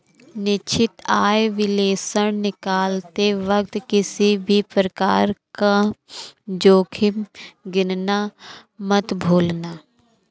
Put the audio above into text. निश्चित आय विश्लेषण निकालते वक्त किसी भी प्रकार का जोखिम गिनना मत भूलना